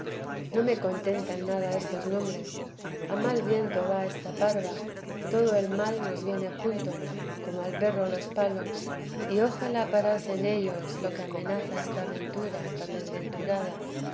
no me contentan nada estos nombres a mal viento va esta parva todo el mal nos viene junto como al perro los palos y ojalá parase en ellos lo que amenaza esta aventura tan desventurada